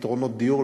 פתרונות דיור,